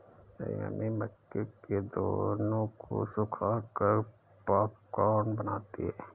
मेरी मम्मी मक्के के दानों को सुखाकर पॉपकॉर्न बनाती हैं